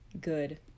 good